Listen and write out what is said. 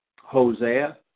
Hosea